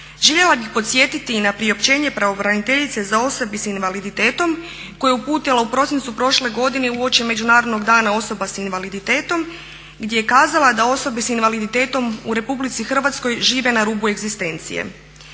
Željela bih podsjetiti i na priopćenje pravobraniteljice za osobe sa invaliditetom koja je uputila u prosincu prošle godine uoči Međunarodnog dana osoba sa invaliditetom gdje je kazala da osobe sa invaliditetom u RH žive na rubu egzistencije.